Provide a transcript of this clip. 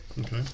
Okay